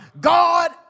God